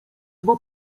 dwa